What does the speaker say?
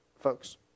Folks